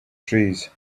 trees